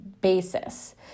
basis